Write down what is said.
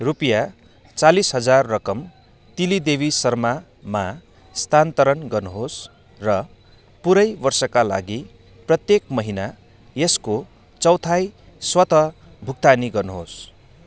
रुपियाँ चालिस हजार रकम तिली देवी शर्मामा स्थानान्तरण गर्नुहोस् र पुरै वर्षका लागि प्रत्येक महिना यसको चौथाइ स्वतः भुक्तानी गर्नुहोस्